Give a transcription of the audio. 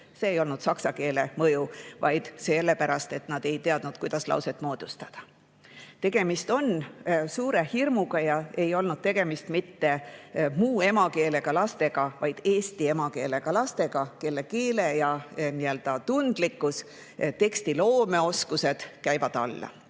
See ei olnud saksa keele mõju, vaid sellepärast, et nad ei teadnud, kuidas lauset moodustada. Tegemist on suure hirmuga. Ei olnud tegemist mitte muu emakeelega lastega, vaid eesti emakeelega lastega, kelle keeletundlikkus ja tekstiloome oskused käivad alla.